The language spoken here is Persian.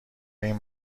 این